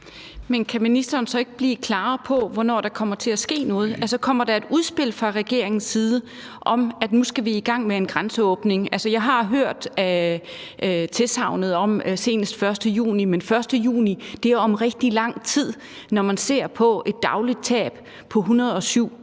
Kan ministeren så ikke blive klarere på, hvornår der kommer til at ske noget? Kommer der et udspil fra regeringens side om, at vi nu skal i gang med en grænseåbning? Altså, jeg har hørt tilsagnet om senest den 1. juni, men den 1. juni er om rigtig lang tid, når man ser på en manglende omsætning på 107